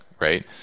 right